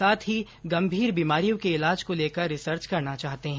साथ ही गंभीर बीमारियों के इलाज को लेकर रिसर्च करना चाहते हैं